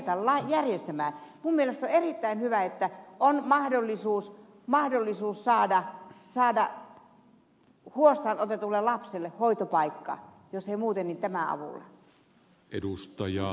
minun mielestäni on erittäin hyvä että on mahdollisuus saada huostaanotetulle lapselle hoitopaikka jos ei muuten niin tämän avulla